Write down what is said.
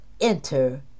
enter